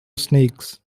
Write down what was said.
snakes